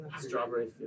Strawberry